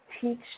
teach